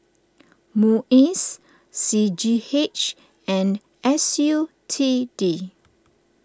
Muis C G H and S U T D